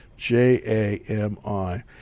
j-a-m-i